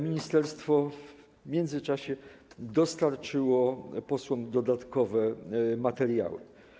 Ministerstwo w międzyczasie dostarczyło posłom dodatkowe materiały.